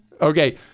Okay